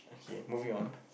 okay moving on